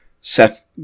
Seth